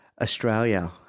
Australia